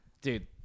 Dude